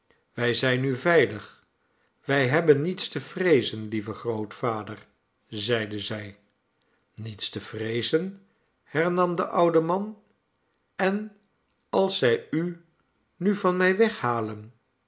wij zijn nu veilig wij hebben niets te vreezen lieve grootvader zeide zij niets te vreezen hernam de oude man en als zij u nu van mij weghalen